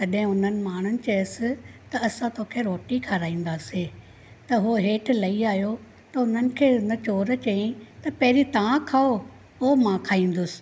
तॾहिं उन्हनि माण्हुनि चइसि त असां तोखे रोटी खाराईंदासीं त उहो हेठि लई आहियो त उन्हनि खे हुन चोरु चयई त पहिरीं तव्हां खाओ पोइ मां खाईंदुसि